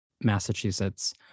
Massachusetts